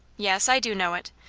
yes, i do know it.